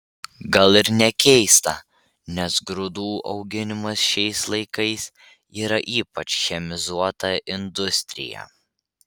gal ir nekeista nes grūdų auginimas šiais laikai yra ypač chemizuota industrija